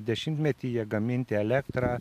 dešimtmetyje gaminti elektrą